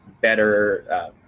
better